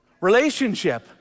Relationship